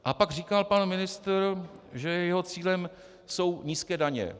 A pak říkal pan ministr, že jeho cílem jsou nízké daně.